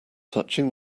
touching